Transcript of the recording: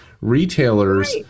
retailers